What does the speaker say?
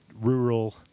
rural